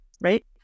right